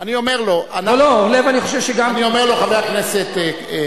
כל הוועדה התאחדה, אני אומר לו, חבר הכנסת גפני,